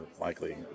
likely